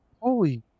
Holy